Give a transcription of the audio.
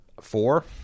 four